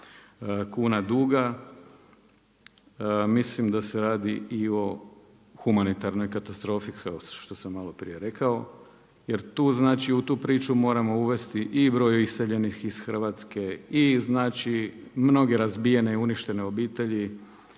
kuna duga, mislim da se radi i o humanitarnoj katastrofi u Hrvatskoj, što sam maloprije rekao. Jer tu znači, u tu priču moramo uvesti i broj iseljenih iz Hrvatske i mnoge razbijene i uništene obitelji,